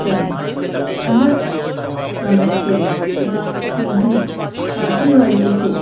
त उन समय ते मां मुंहिंजी पासे वारीअ खे